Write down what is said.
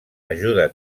ajuda